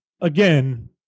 again